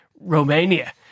Romania